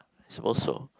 I suppose so